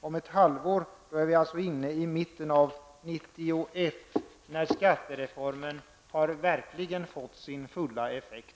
Om ett halvår är vi inne i mitten på 1991, när skattereformen verkligen har fått sin fulla effekt.